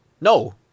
No